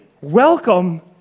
Welcome